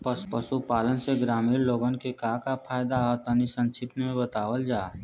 पशुपालन से ग्रामीण लोगन के का का फायदा ह तनि संक्षिप्त में बतावल जा?